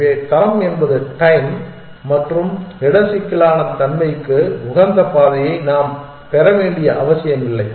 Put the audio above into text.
எனவே தரம் என்பது டைம் மற்றும் இட சிக்கலான தன்மைக்கு உகந்த பாதையை நாம் பெற வேண்டிய அவசியமில்லை